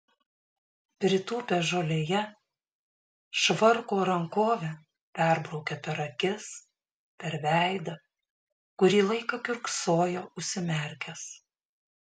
pritūpęs žolėje švarko rankove perbraukė per akis per veidą kurį laiką kiurksojo užsimerkęs